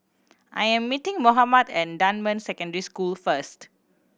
I am meeting Mohammed at Dunman Secondary School first